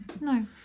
No